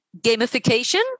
gamification